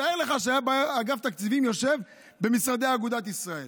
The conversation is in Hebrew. תאר לך שאגף תקציבים היה יושב במשרדי אגודת ישראל